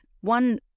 one